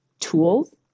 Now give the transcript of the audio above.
tools